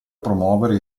promuovere